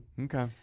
Okay